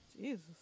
Jesus